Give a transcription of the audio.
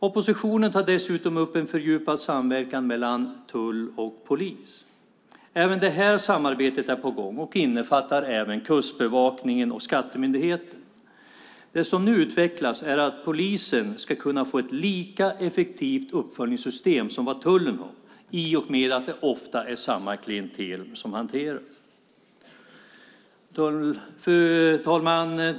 Oppositionen tar dessutom upp en fördjupad samverkan mellan tull och polis. Även det här samarbetet är på gång, och det innefattar även Kustbevakningen och Skatteverket. Det som nu utvecklas är att polisen ska kunna få ett lika effektivt uppföljningssystem som tullen har i och med att det ofta är samma klientel som hanteras. Fru talman!